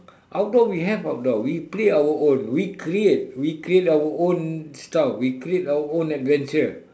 outdoor we have outdoor we play our own we create we create our own stuff we create our own adventure